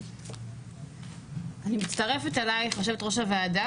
אני מצטרפת אלייך, יושבת ראש הועדה.